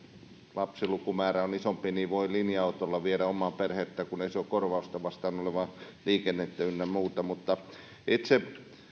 lapsilukumäärä on isompi niin voi linja autolla viedä omaa perhettään kun ei se ole korvausta vastaan olevaa liikennettä ynnä muuta itse